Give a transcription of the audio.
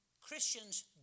Christians